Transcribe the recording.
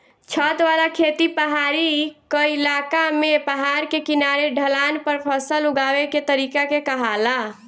छत वाला खेती पहाड़ी क्इलाका में पहाड़ के किनारे ढलान पर फसल उगावे के तरीका के कहाला